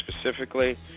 Specifically